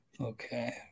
Okay